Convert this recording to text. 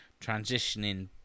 transitioning